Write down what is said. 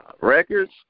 records